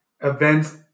events